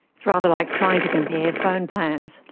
it's rather like trying to compare phone plans.